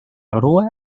grua